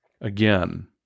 again